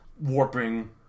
warping